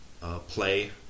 play